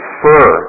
fur